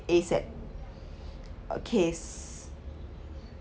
ASAP okay